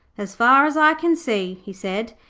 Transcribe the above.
as far as i can see he said,